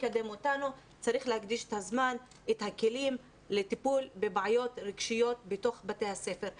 את הכלים שבית הספר צריך לתת.